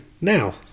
now